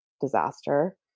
disaster